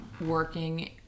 working